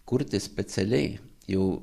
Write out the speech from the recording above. kurti specialiai jau